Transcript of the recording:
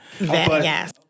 Yes